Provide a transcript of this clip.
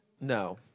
No